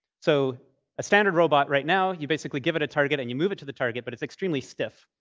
so a standard robot right now, you basically give it a target and you move it to the target, but it's extremely stiff.